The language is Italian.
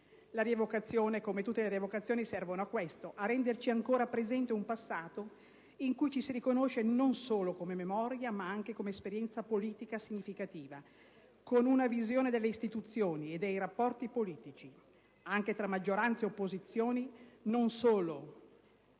La rievocazione, come tutte le rievocazioni, serve a questo: a renderci ancora presente un passato in cui ci si riconosce non solo come memoria, ma anche come esperienza politica significativa, con una visione delle istituzioni e dei rapporti politici anche tra maggioranza e opposizioni che non solo